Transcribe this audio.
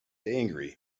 angry